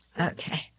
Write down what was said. Okay